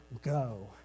go